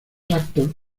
actos